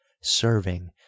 serving